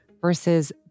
versus